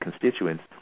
constituents